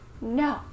No